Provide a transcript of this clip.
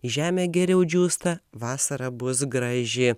žemė geriau džiūsta vasara bus graži